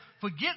forget